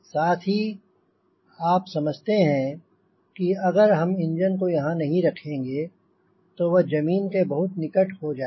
साथ ही आप समझते हैं कि अगर हम इंजन को यहांँ नहीं रखेंगे तो वह जमीन के बहुत निकट हो जाएगा